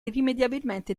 irrimediabilmente